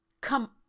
come